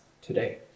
today